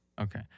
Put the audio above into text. Okay